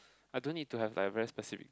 I don't need to have like very specific